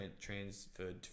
transferred